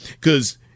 Cause